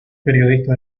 periodista